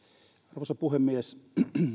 arvoisa puhemies